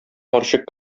карчык